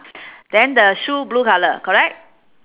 then the shoe blue colour correct